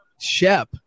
Shep